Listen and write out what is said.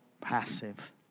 passive